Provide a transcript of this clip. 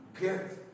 get